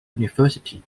university